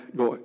go